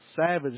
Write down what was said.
Savage